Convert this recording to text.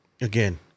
Again